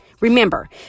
Remember